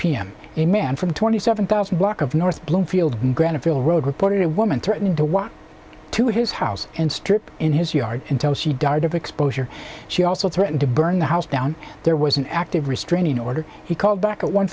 a man from twenty seven thousand block of north bloomfield graniteville road reported a woman threatening to walk to his house and strip in his yard until she died of exposure she also threatened to burn the house down there were as an active restraining order he called back at one